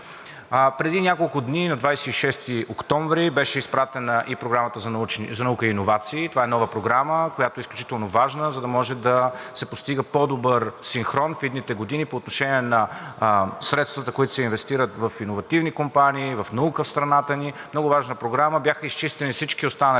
Преди няколко дни, на 26 октомври, беше изпратена и Програмата за наука и иновации. Това е нова програма, която е изключително важна, за да може да се постига по-добър синхрон в идните години по отношение на средствата, които се инвестират в иновативни компании, в наука в страната ни. Много важна програма. Бяха изчистени всички останали